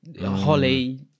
holly